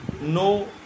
no